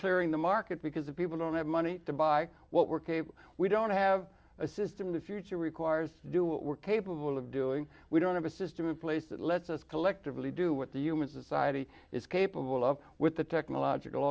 clearing the market because if people don't have money to buy what we're capable we don't have a system the future requires to do what we're capable of doing we don't have a system in place that lets us collectively do what the human society is capable of with the technological